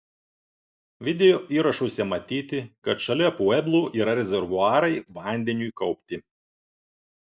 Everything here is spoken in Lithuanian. videoįrašuose matyti kad šalia pueblų yra rezervuarai vandeniui kaupti